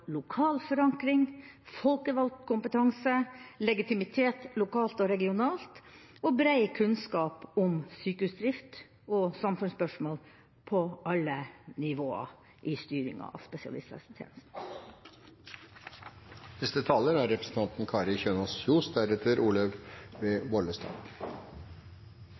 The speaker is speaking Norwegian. lokal forankring, folkevalgt kompetanse, legitimitet lokalt og regionalt, og bred kunnskap om sykehusdrift og samfunnsspørsmål på alle nivå i styringa av spesialisthelsetjenesten.